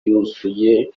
yuzuye